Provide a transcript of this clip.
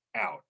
out